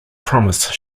promise